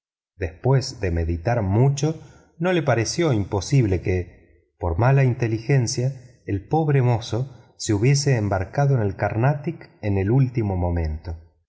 después de meditar mucho no le pareció imposible que por mala inteligencia el pobre mozo se hubiese embarcado en el carnatic en el último momento